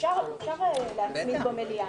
אפשר להצמיד במליאה.